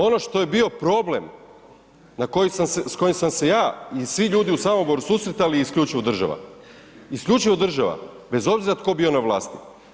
Ono što je bio problem na koji sam se, s kojim sam se ja i svi ljudi u Samoboru susretali i isključivo država, isključivo država, bez obzira tko bio na vlasti.